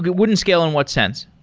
wouldn't scale in what sense?